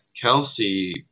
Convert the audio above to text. Kelsey